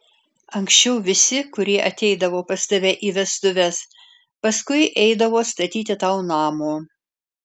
anksčiau visi kurie ateidavo pas tave į vestuves paskui eidavo statyti tau namo